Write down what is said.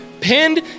pinned